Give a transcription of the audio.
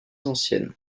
anciennes